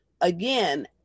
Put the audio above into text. again